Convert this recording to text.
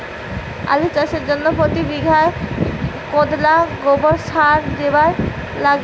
আলু চাষের জইন্যে প্রতি বিঘায় কতোলা গোবর সার দিবার লাগে?